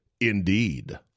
Indeed